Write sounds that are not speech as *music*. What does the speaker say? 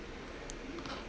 *noise*